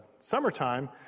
summertime